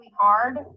hard